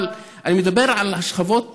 אבל אני מדבר על השכבות המוחלשות,